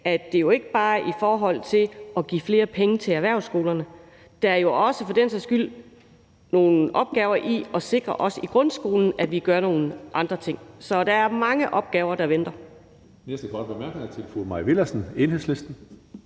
at det jo ikke bare er i forhold til at give flere penge til erhvervsskolerne, for der er også nogle opgaver i at sikre, at vi også i forbindelse med grundskolen gør nogle andre ting. Så der er mange opgaver, der venter.